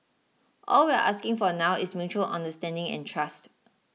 all we're asking for now is mutual understanding and trust